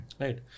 Right